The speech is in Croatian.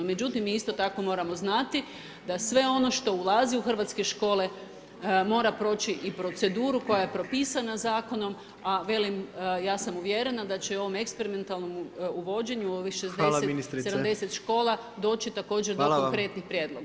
Međutim, mi isto tako moramo znati da sve ono što ulazi u hrvatske škole mora proći i proceduru koja je propisana zakonom, a velim ja sam uvjerena da će ovom eksperimentalnom uvođenju u ovih 60, 70 škola doći također do konkretnih prijedloga.